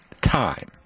time